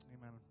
Amen